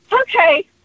okay